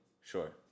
sure